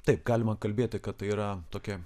taip galima kalbėti kad tai yra tokia